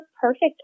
perfect